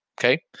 Okay